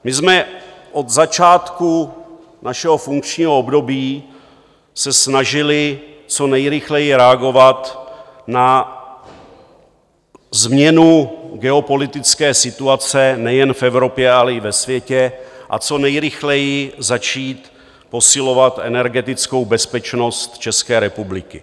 My jsme se od začátku našeho funkčního období snažili co nejrychleji reagovat na změnu geopolitické situace nejen v Evropě, ale i ve světě a co nejrychleji začít posilovat energetickou bezpečnost České republiky.